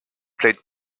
played